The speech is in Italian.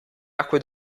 acque